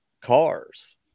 cars